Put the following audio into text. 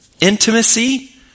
intimacy